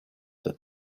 that